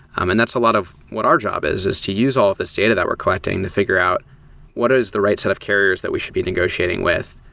um and that's a lot of what our job is, is to use all of these data that we're collecting the figure out what is the right set of carriers that we should be negotiating with.